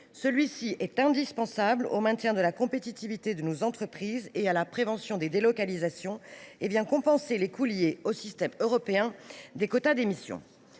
Celui ci est indispensable au maintien de leur compétitivité et à la prévention des délocalisations, et vient compenser les coûts liés au système européen des quotas d’émissions.